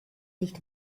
nicht